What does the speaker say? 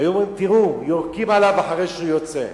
היו אומרים: תראו, יורקים עליו אחרי שהוא יוצא.